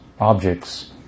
objects